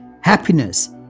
happiness